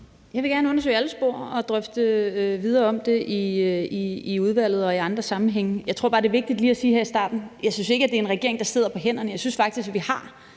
Jeg vil gerne undersøge alle spor og drøfte det videre i udvalget og i andre sammenhænge. Jeg tror bare, det er vigtigt lige at sige her i starten, at jeg ikke synes, det er regeringen, der sidder på hænderne. Jeg synes faktisk, vi har